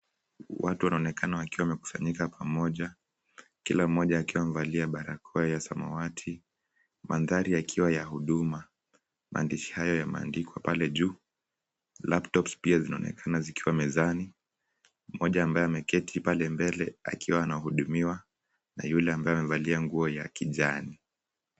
Watu wanaonekana wakiwa wamekusanyika pamoja, kila mmoja akiwa amevalia barakoa ya samawati, mandhari yakiwa ya huduma. Maandishi hayo yameandikwa pale juu, laptops pia zinaonekana zikiwa mezani. Mmoja aliyeketi pale mbele akiwa anahudumiwa na yule aliyevaa nguo ya kijani.